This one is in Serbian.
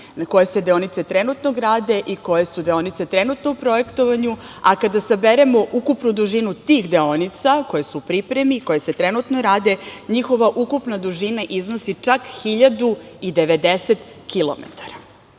koje deonice se trenutno grade i koje su deonice trenutno u projektovanju, a kada saberemo ukupnu dužinu tih deonica, koje su u pripremi, koje se trenutno rade, njihova ukupna dužina iznosi čak 1.090